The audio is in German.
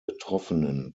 betroffenen